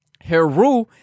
Heru